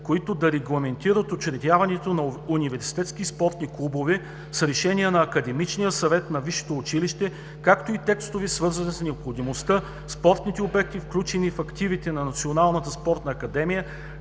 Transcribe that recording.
които да регламентират учредяването на университетски спортни клубове с решение на Академичния съвет на висшето училище, както и текстове, свързани с необходимостта спортните обекти, включени в активите на Националната спортна академия,